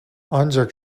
ancak